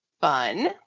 Fun